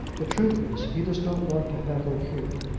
the truth is, he does not want to have her here,